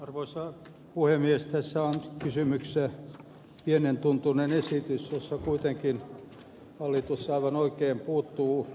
tässä on kysymyksessä pienen tuntuinen esitys jossa kuitenkin hallitus aivan oikein puuttuu suureen asiaan